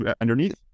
underneath